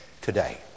today